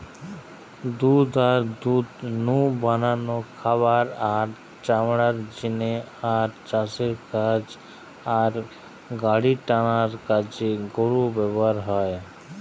দুধ আর দুধ নু বানানো খাবার, আর চামড়ার জিনে আর চাষের কাজ আর গাড়িটানার কাজে গরু ব্যাভার হয়